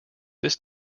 this